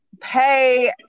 pay